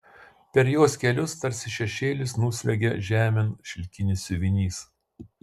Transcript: per jos kelius tarsi šešėlis nusliuogia žemėn šilkinis siuvinys